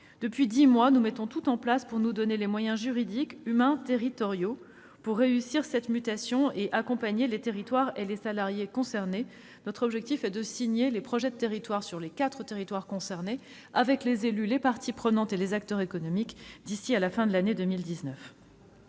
Depuis dix mois, nous mettons tout en place pour nous donner les moyens juridiques, humains et territoriaux pour réussir cette mutation industrielle et accompagner les territoires et les salariés concernés. Notre objectif est de signer les projets de territoire sur les quatre territoires touchés avec les élus, les parties prenantes et les acteurs économiques d'ici à la fin de l'année 2019.